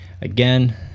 again